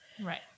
Right